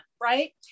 right